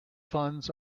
funds